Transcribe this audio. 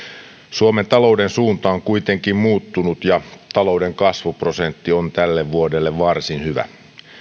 suomen talouden suunta on kuitenkin muuttunut ja talouden kasvuprosentti on tälle vuodelle varsin hyvä